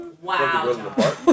Wow